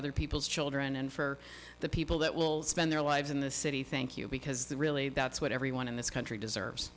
other people's children and for the people that will spend their lives in the city thank you because really that's what everyone in this country deserves